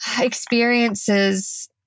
experiences